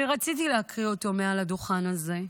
שרציתי להקריא אותו מעל הדוכן הזה,